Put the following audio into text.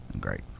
Great